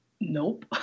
nope